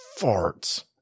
farts